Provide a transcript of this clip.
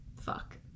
Fuck